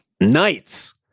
Knights